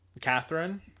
Catherine